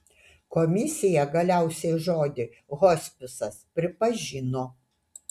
komisija galiausiai žodį hospisas pripažino